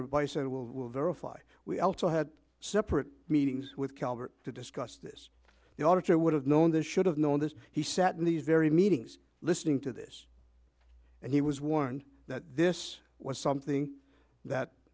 by said will verify we also had separate meetings with calvert to discuss this the auditor would have known this should have known this he sat in these very meetings listening to this and he was warned that this was something that